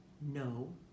No